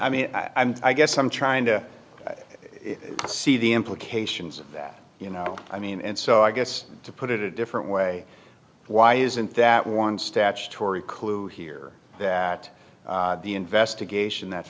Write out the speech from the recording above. mean i guess i'm trying to see the implications of that you know i mean and so i guess to put it a different way why isn't that one statutory clue here that the investigation that